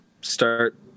start